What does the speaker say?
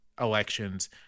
elections